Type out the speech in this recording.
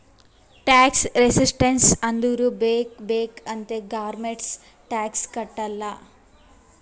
tax resistance ಅಂದುರ್ ಬೇಕ್ ಬೇಕ್ ಅಂತೆ ಗೌರ್ಮೆಂಟ್ಗ್ ಟ್ಯಾಕ್ಸ್ ಕಟ್ಟಲ್ಲ